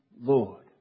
Lord